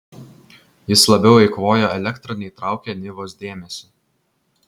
jis labiau eikvojo elektrą nei traukė nivos dėmesį